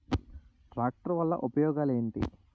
Tractor వల్ల ఉపయోగాలు ఏంటీ?